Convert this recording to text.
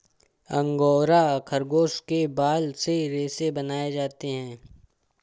angora खरगोश के बाल से रेशे बनाए जाते हैं